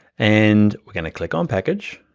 and we're gonna click on package.